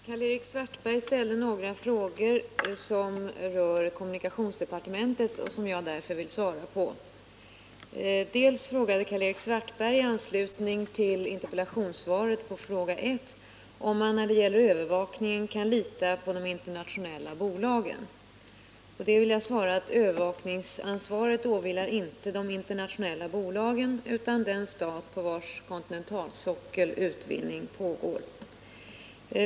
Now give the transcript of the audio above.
Herr talman! Karl-Erik Svartberg ställde några frågor som rör kommunikationsdepartementet och som jag därför vill svara på. I anslutning till interpellationssvaret på fråga I frågade Karl-Erik Svartberg om man när det gäller övervakningen kan lita på de internationella bolagen. På detta vill jag svara att övervakningsansvaret inte åvilar de internationella bolagen utan den stat, på vars kontinentalsockel utvinning pågår.